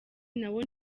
nawo